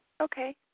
Okay